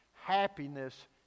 happiness